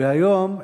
והיום,